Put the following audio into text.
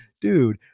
dude